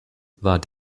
war